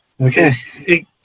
Okay